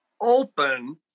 open